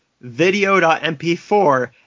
video.mp4